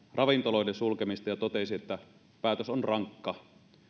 ravintoloiden sulkemista ja totesi että päätös on rankka